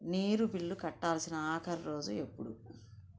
నీరు బిల్లు కట్టాల్సిన ఆఖరి రోజు ఎప్పుడు